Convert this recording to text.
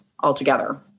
altogether